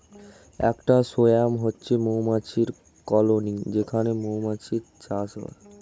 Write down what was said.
একটা সোয়ার্ম হচ্ছে মৌমাছির কলোনি যেখানে মৌমাছির চাষ হয়